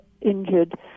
injured